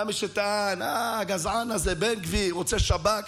היה מי שטען: אהה, הגזען הזה, בן גביר, רוצה שב"כ.